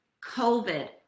COVID